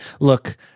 Look